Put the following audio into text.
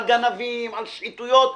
על גנבים על שחיתויות,